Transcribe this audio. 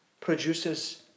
produces